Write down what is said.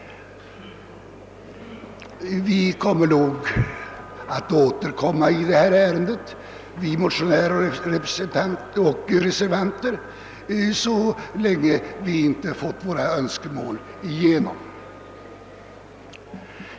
Vi motionärer och reservanter kommer därför att återkomma i detta ärende så länge vi inte fått igenom våra önskemål.